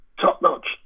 top-notch